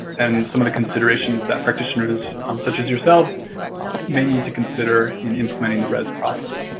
and some of the considerations that practitioners um such as yourself may need to consider in implementing the rez process.